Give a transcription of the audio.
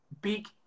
big